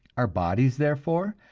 our bodies, therefore,